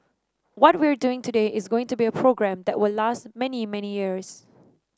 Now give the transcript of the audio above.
what we're doing today is going to be a program that will last many many years